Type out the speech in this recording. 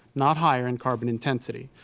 not higher in carbon intensity.